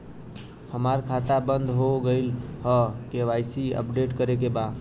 हमार खाता बंद हो गईल ह के.वाइ.सी अपडेट करे के बा?